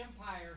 Empire